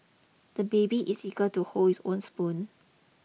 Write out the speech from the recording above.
the baby is eager to hold his own spoon